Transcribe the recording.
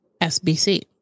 SBC